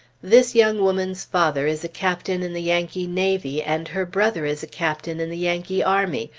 this young woman's father is a captain in the yankee navy, and her brother is a captain in the yankee army,